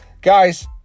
guys